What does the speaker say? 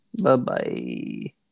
Bye-bye